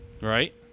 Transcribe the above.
Right